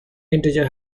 integer